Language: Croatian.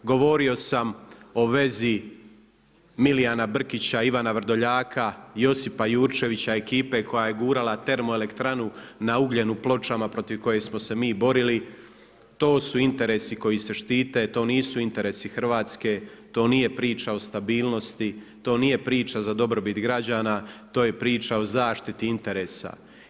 Govorio sam u vezi Milijana Brkića i Ivana Vrdoljaka, Josipa Jurčevića i ekipe koja je gurala termoelektranu na Ugljenu, Pločama, protiv kojih smo se mi borili, to su interesi koji se štite, to nisu interesi Hrvatske, to nije priča o stabilnosti, to nije priča za dobrobit građana, to je priča o zaštiti interesa.